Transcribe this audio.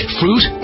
fruit